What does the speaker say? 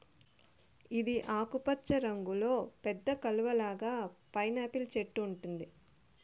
ఇది ఆకుపచ్చ రంగులో పెద్ద కలువ లాగా పైనాపిల్ చెట్టు ఉంటుంది